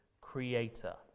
creator